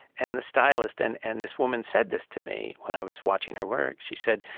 and the stylist and and this woman said this to me when i was watching her work she said,